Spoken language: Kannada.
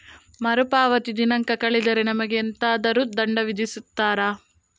ಮರುಪಾವತಿ ದಿನಾಂಕ ಕಳೆದರೆ ನಮಗೆ ಎಂತಾದರು ದಂಡ ವಿಧಿಸುತ್ತಾರ?